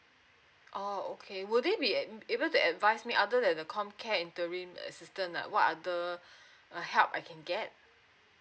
oh okay would it be be able to advise me other than the com care interim assistance like what other uh help I can get